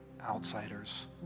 outsiders